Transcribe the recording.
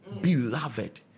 Beloved